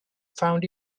found